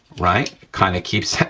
right? kinda keeps,